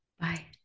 Bye